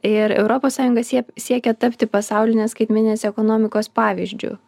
ir europos sąjunga siek siekia tapti pasaulinės skaitmeninės ekonomikos pavyzdžiu